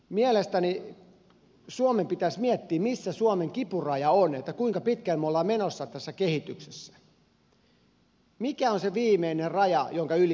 mielestäni suomen pitäisi miettiä missä suomen kipuraja on kuinka pitkään me olemme menossa tässä kehityksessä mikä on se viimeinen raja jonka yli me emme mene